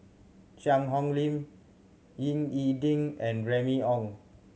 Cheang Hong Lim Ying E Ding and Remy Ong